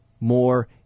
more